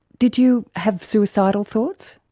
did you have suicidal thoughts?